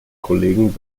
kollegen